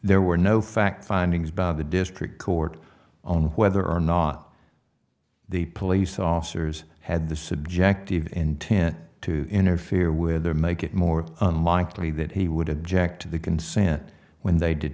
there were no facts findings by the district court on whether or not the police officers had the subjective intent to interfere with or make it more unlikely that he would object to the consent when they d